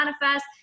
manifest